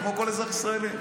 כמו כל אזרח ישראלי.